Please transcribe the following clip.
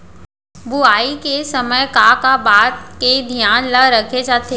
बुआई के समय का का बात के धियान ल रखे जाथे?